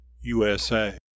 USA